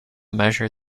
measure